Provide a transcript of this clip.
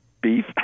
beef